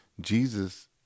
Jesus